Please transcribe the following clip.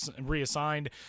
reassigned